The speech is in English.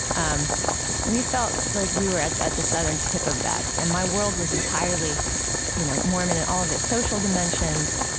um we felt like we were at the southern tip of that, and my world was entirely you know mormon in all of its social dimensions,